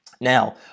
Now